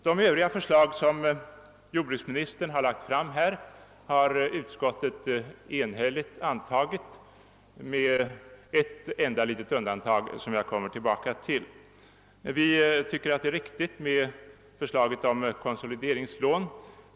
De övriga förslag som jordbruksministern har lagt fram har utskottet enhälligt tillstyrkt med ett enda litet undantag som jag kommer tillbaka till. Vi tycker att förslaget om konsolideringslån är riktigt.